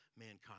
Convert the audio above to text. Mankind